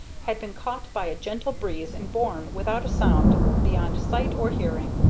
had been caught by a gentle breeze and borne without a sound beyond sight or hearing.